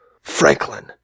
Franklin